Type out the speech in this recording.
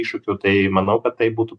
iššūkių tai manau kad tai būtų